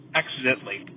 accidentally